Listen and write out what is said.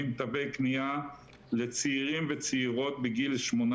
תווי קנייה לצעירים וצעירות בגיל 18,